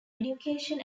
education